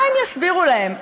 מה הם יסבירו להם,